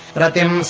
Ratim